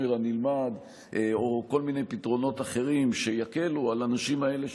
הנלמד או כל מיני פתרונות אחרים שיקלו על האנשים האלה,